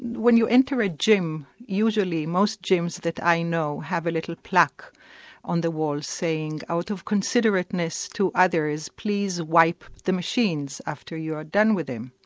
when you enter a gym, usually most gyms that i know have a little plaque on the wall saying out of considerateness to others, please wipe the machines after you have done with them.